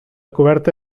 coberta